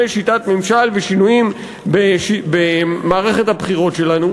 שיטת ממשל ושינויים במערכת הבחירות שלנו,